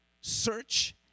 search